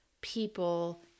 People